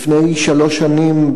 לפני שלוש שנים,